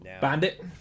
Bandit